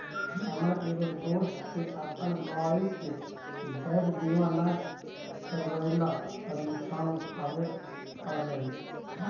हमर एगो दोस्त के अपन गाड़ी के गैप बीमा न करवयला पर नुकसान उठाबे पड़लई